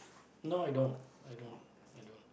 no i don't i don't i don't